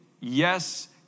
yes